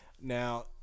Now